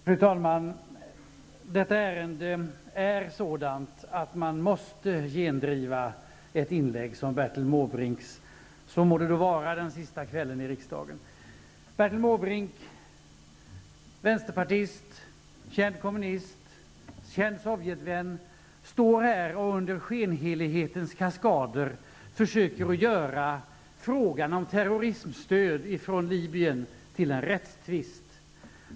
Fru talman! Detta ärende är sådant att man måste gendriva ett inlägg som Bertil Måbrinks, om det så må vara den sista kvällen under riksmötet. Bertil Måbrink -- vänsterpartist, känd kommunist och känd Sovjetvän -- står här och försöker under skenhelighetens kaskader att göra frågan om terrorismstöd från Libyen till en rättstvist.